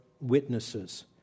witnesses